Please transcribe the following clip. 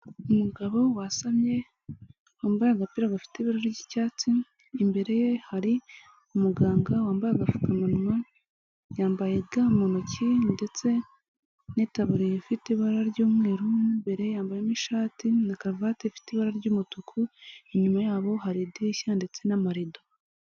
Umugabo wasamye, wambaye agapira gafite ibara ry'icyatsi, imbere ye hari umuganga wambaye agafukamunwa, yambaye ga mu ntoki ndetse n'itaburiya ifite ibara ry'umweru, mo imbere yambayemo ishati na karuvati ifite ibara ry'umutuku, inyuma yabo hari idirishya ndetse n'amarido.